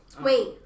wait